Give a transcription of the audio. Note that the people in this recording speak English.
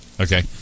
okay